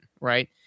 right